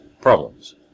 problems